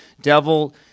devil